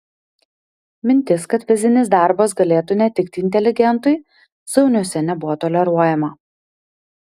mintis kad fizinis darbas galėtų netikti inteligentui zauniuose nebuvo toleruojama